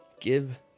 Give